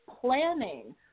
planning